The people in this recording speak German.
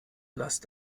lasst